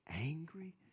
angry